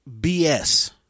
BS